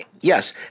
Yes